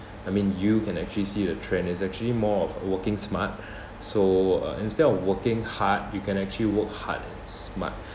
I mean you can actually see a trend there's actually more of working smart so uh instead of working hard you can actually work hard and smart